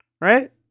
right